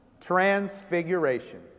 Transfiguration